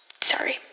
Sorry